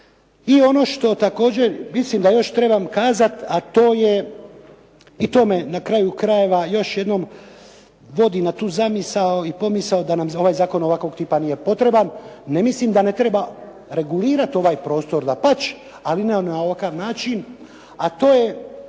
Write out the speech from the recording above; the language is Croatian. I ono što također, mislim da ono što trebam kazati, a to je i to me na kraju krajeva još jednom vodi na tu zamisao i pomisao da nam ovaj zakon ovakvog tipa nije potreban. Ne mislim da ne treba regulirati ovaj prostor. Dapače, ali ne na ovakav način a to je